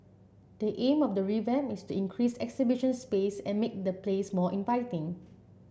the aim of the revamp is to increase exhibition space and make the place more inviting